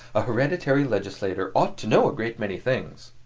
a hereditary legislator ought to know a great many things.